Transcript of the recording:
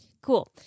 Cool